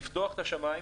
לגבי פתיחת השמיים,